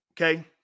Okay